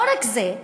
לא רק זה,